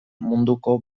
munduko